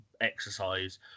exercise